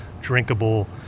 drinkable